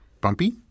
Bumpy